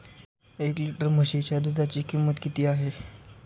एक लिटर म्हशीच्या दुधाची किंमत किती आहे?